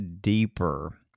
deeper